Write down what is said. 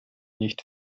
nicht